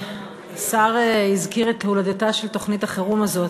השר הזכיר את הולדתה של תוכנית החירום הזאת.